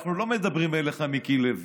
אנחנו לא מדברים אליך, מיקי לוי,